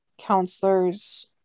counselors